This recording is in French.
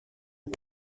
aux